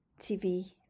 TV